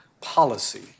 policy